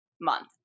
month